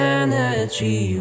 energy